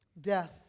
death